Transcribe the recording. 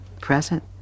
present